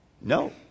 No